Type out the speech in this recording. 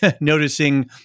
noticing